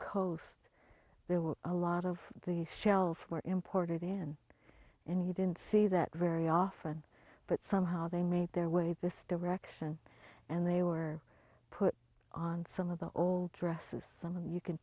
coast there were a lot of these shells were imported in and he didn't see that very often but somehow they made their way this direction and they were put on some of the old dresses some of you can